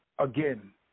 Again